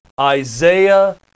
Isaiah